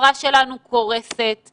החברה שלנו קורסת,